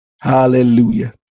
Hallelujah